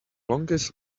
longest